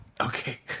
Okay